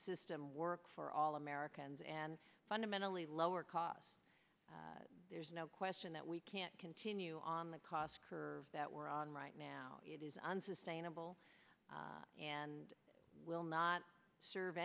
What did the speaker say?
system work for all americans and fundamentally lower costs there's no question that we can't continue on the cost curve that we're on right now it is unsustainable and will not serve